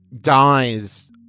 dies